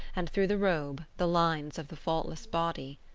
and, through the robe, the lines of the faultless body.